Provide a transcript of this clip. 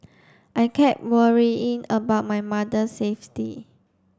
I kept worrying about my mother safety